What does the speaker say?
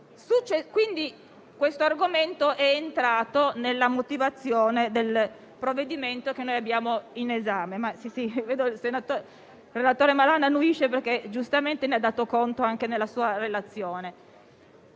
quindi questo argomento è entrato nella motivazione del provvedimento al nostro esame. Vedo che il senatore Malan annuisce, perché giustamente ne ha dato conto anche nella sua relazione.